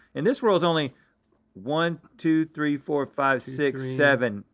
and this swirl is only one, two, three, four, five, six, seven,